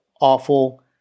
awful